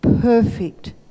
perfect